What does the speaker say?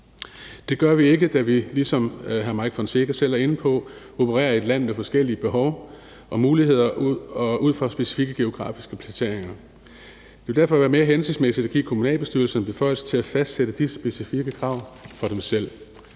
Det gør vi ikke, da vi, ligesom hr. Mike Villa Fonseca selv er inde på, opererer i et land med forskellige behov og muligheder og ud fra specifikke geografiske placeringer. Det vil derfor være mere hensigtsmæssigt at give kommunalbestyrelserne beføjelser til selv at fastsætte de specifikke krav. Vi kan